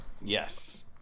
Yes